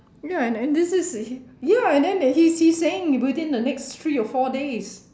ya and and this this ya and then he's he's saying within the next three or four days